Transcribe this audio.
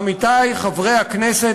עמיתי חברי הכנסת,